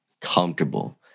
comfortable